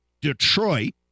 Detroit